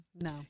No